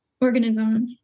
organism